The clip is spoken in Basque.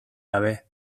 gabe